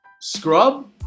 Scrub